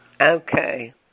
Okay